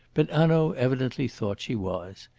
but hanaud evidently thought she was.